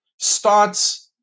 starts